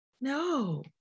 No